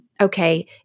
okay